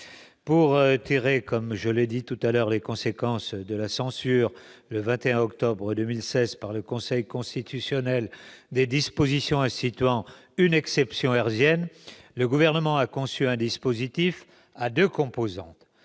services de renseignement. Pour tirer les conséquences de la censure, le 21 octobre 2016, par le Conseil constitutionnel des dispositions instituant une « exception hertzienne », le Gouvernement a conçu un dispositif à deux composantes